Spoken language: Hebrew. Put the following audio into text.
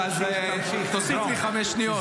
אז תוסיף לי חמש שניות.